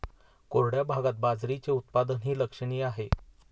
कोरड्या भागात बाजरीचे उत्पादनही लक्षणीय आहे